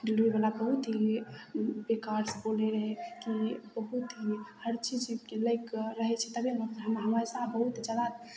डिलेवरीवला बहुत ही बेकारसँ बोलैत रहै कि बहुत ही हरचीज लै कऽ रहै छै तबे ने हम हमेशा बहुत जादा